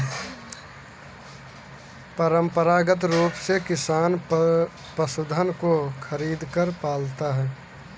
परंपरागत रूप से किसान पशुधन को खरीदकर पालता है